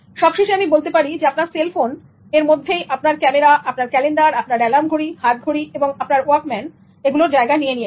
সবশেষে আমি বলতে পারি আপনার সেল ফোন এর মধ্যেই আপনার ক্যামেরা আপনার ক্যালেন্ডার আপনার এলার্ম ঘড়ি হাত ঘড়ি এবং আপনার ওয়াকম্যান এগুলোর জায়গা নিয়ে নিয়েছে